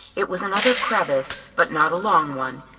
it was another crevasse, but not long one.